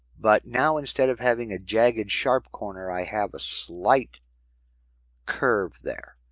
but now instead of having a jagged, sharp corner, i have a slight curve there.